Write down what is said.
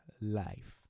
life